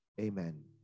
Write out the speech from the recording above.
amen